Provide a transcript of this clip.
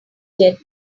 jet